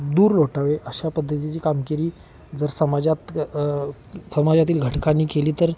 दूर लोटावे अशा पद्धतीची कामगिरी जर समाजात समाजातील घटकांनी केली तर